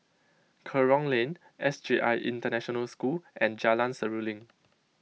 Kerong Lane S J I International School and Jalan Seruling